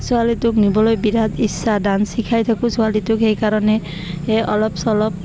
ছোৱালীটোক নিবলৈ বিৰাট ইচ্ছা ডান্স শিকাই থাকোঁ ছোৱালীটোক সেইকাৰণে সে অলপ চলপ